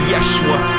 Yeshua